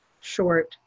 short